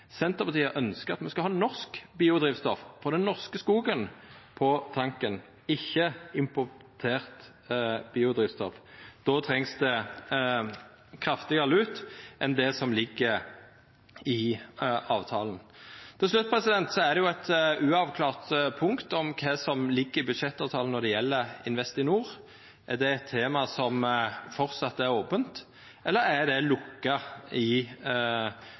Senterpartiet ønskjer at me skal ha norsk biodrivstoff, frå den norske skogen, på tanken – ikkje importert biodrivstoff. Då trengst det kraftigare lut enn det som ligg i avtala. Til slutt er det eit uavklart punkt kva som ligg i budsjettavtala når det gjeld Investinor. Er det eit tema som framleis er ope, eller er det lukka i